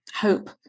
hope